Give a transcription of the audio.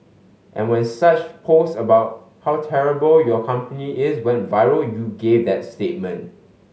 and when such posts about how terrible your company is went viral you gave that statement